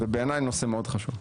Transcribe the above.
זה בעיניי נושא חשוב מאוד.